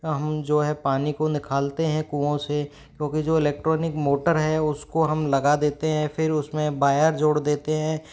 हम जो है पानी को निकलते हैं कुओं से क्योंकि जो इलेक्ट्रॉनिक मोटर है उसको हम लगा देते हैं फिर उस में वायर जोड़ देते हैं